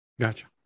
Gotcha